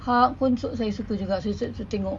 hulk pun suk~ saya suka juga saya suka tengok